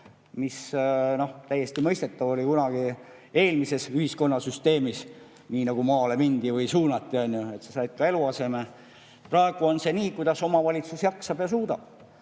oli täiesti mõistetav kunagi eelmises ühiskonnasüsteemis. Kui sind maale suunati, siis sa said ka eluaseme. Praegu on see nii, kuidas omavalitsus jaksab ja suudab.